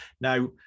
now